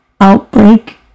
outbreak